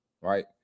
right